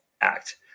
act